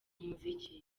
muziki